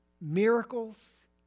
miracles